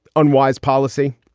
unwise policy,